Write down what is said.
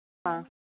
ஆ